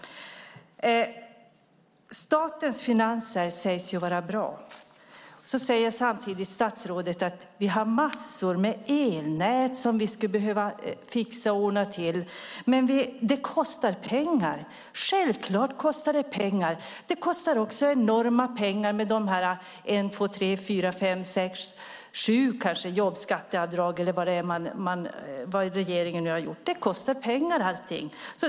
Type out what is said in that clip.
Statens finanser sägs vara bra. Samtidigt säger statsrådet att massor av elnät behöver fixas och ordnas till, men att det kostar pengar. Självklart kostar det pengar. Det kostar också enorma pengar med en, två, tre, fyra, fem, sex eller sju jobbskatteavdrag eller vad regeringen nu har gjort. Allt kostar pengar.